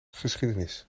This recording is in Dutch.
geschiedenis